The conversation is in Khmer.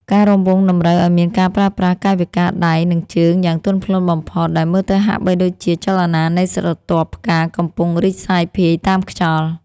ការរាំវង់តម្រូវឱ្យមានការប្រើប្រាស់កាយវិការដៃ និងជើងយ៉ាងទន់ភ្លន់បំផុត ដែលមើលទៅហាក់បីដូចជាចលនានៃស្រទាប់ផ្កាកំពុងរីកសាយភាយតាមខ្យល់។